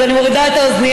אז אני מורידה את האוזנייה.